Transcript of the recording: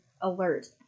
alert